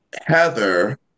Heather